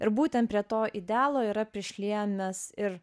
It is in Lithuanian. ir būtent prie to idealo yra prišliejamas ir